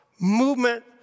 movement